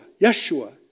Yeshua